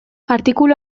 artikulu